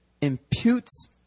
imputes